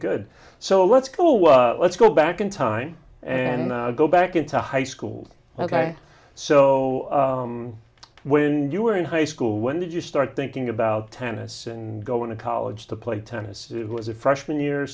good so let's go let's go back in time and go back into high school ok so when you were in high school when did you start thinking about tennis and going to college to play tennis as a freshman y